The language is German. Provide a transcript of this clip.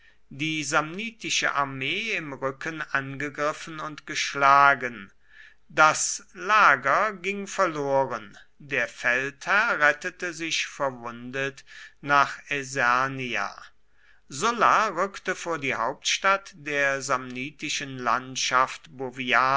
die samnitische armee im rücken angegriffen und geschlagen das lager ging verloren der feldherr rettete sich verwundet nach aesernia sulla rückte vor die hauptstadt der samnitischen landschaft